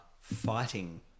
fighting